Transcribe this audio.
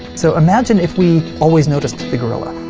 so imagine if we always noticed the gorilla.